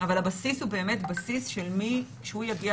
אבל הבסיס הוא באמת בסיס של מי שיגיע